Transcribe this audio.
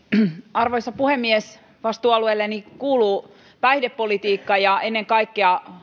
arvoisa puhemies vastuualueelleni kuuluu päihdepolitiikka ja ennen kaikkea